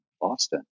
Boston